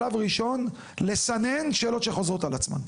שלב ראשון לסנן שאלות שחוזרות על עצמן.